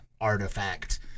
artifact